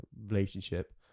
relationship